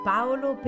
Paolo